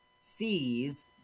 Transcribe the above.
sees